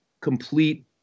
complete